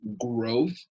growth